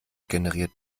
generiert